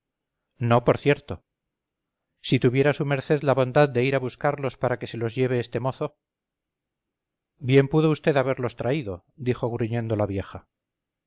no por cierto si tuviera su merced la bondad de ir a buscarlos para que los lleve este mozo bien pudo vd haberlos traído dijo gruñendo la vieja